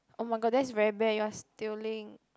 oh-my-god that's very bad you're stealing